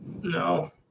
No